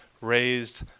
raised